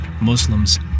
Muslims